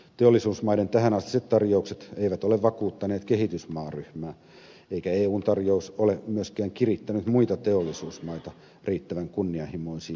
teollisuusmaiden tähänastiset tarjoukset eivät ole vakuuttaneet kehitysmaaryhmää eikä eun tarjous ole myöskään kirittänyt muita teollisuusmaita riittävän kunnianhimoisiin esityksiin